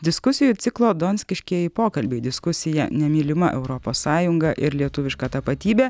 diskusijų ciklo donskiškieji pokalbiai diskusija nemylima europos sąjunga ir lietuviška tapatybė